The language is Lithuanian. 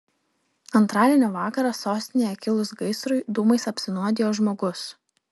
antradienio vakarą sostinėje kilus gaisrui dūmais apsinuodijo žmogus